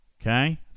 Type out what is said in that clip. Okay